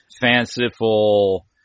fanciful